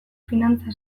finantza